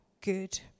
good